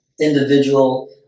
individual